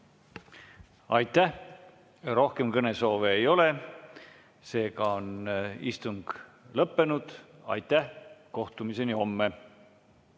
Aitäh! Rohkem kõnesoove ei ole. Seega on istung lõppenud. Aitäh! Kohtumiseni homme!